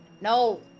No